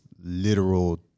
literal